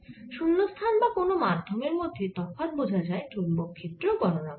শুন্যস্থান বা কোন মাধ্যমের মধ্যে তফাৎ বোঝা যায় চৌম্বক ক্ষেত্র গণনা করলে